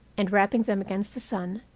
and wrapping them against the sun,